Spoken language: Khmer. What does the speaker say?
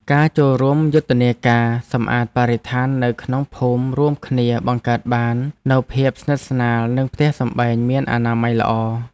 ការចូលរួមយុទ្ធនាការសម្អាតបរិស្ថាននៅក្នុងភូមិរួមគ្នាបង្កើតបាននូវភាពស្និទ្ធស្នាលនិងផ្ទះសម្បែងមានអនាម័យល្អ។